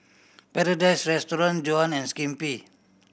Paradise Restaurant Johan and Skippy